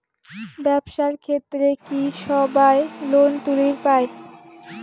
ব্যবসার ক্ষেত্রে কি সবায় লোন তুলির পায়?